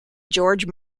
george